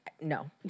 No